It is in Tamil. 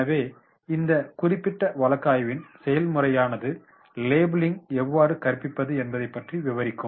எனவே இந்த குறிப்பிட்ட வழக்காய்வின் செயல்முறையானது லேபிளிங்கை எவ்வாறு கற்பிப்பது என்பது பற்றி விவரிக்கும்